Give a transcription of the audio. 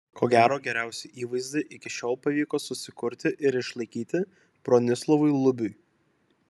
ko gero geriausią įvaizdį iki šiol pavyko susikurti ir išlaikyti bronislovui lubiui